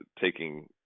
taking